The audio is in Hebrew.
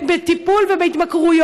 נוער שבטיפול בהתמכרויות,